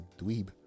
dweeb